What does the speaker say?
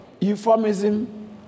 euphemism